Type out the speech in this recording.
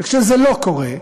וכשזה לא קורה,